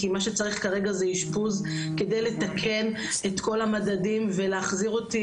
כי מה שצרך כרגע זה אשפוז כדי לתקן את כל המדדים ולהחזיר אותי